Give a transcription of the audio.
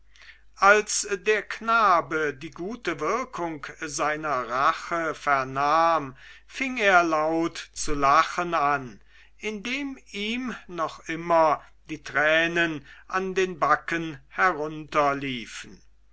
als der knabe die gute wirkung seiner rache vernahm fing er laut zu lachen an indem ihm noch immer die tränen an den backen